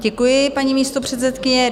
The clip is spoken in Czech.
Děkuji, paní místopředsedkyně.